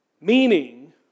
Meaning